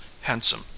handsome